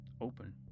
open